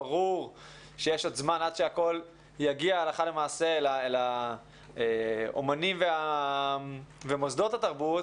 ברור שיש עוד זמן עד שהכול יגיע הלכה למעשה לאומנים ולמוסדות התרבות,